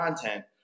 content